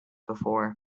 before